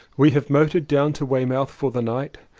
we have motored down to weymouth for the night.